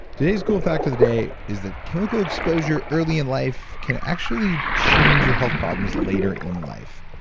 today's cool fact of the day is that chemical exposure early in life can actually change your health problems later in life.